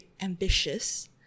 ambitious